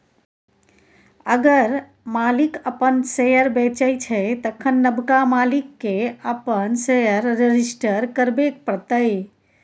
अगर मालिक अपन शेयर बेचै छै तखन नबका मालिक केँ अपन शेयर रजिस्टर करबे परतै